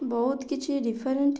ବହୁତ କିଛି ଡିଫରେଣ୍ଟ୍